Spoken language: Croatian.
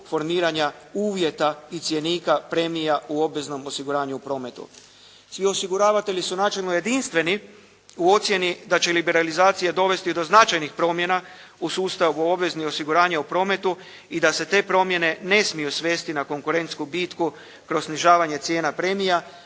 formiranja uvjeta i cjenika premija u obveznom osiguranju u prometu. Svi osiguravatelji su načelno jedinstveni u ocjeni da će liberalizacija dovesti do značajnih promjena u sustavu obveznih osiguranja u prometu i da se te promjene ne smiju svesti na konkurentsku bitku kroz snižavanje cijena premije